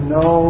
no